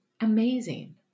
Amazing